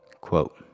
quote